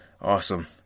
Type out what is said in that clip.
Awesome